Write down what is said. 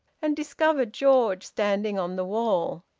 and discovered george standing on the wall.